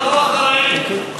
מה זה, באמת?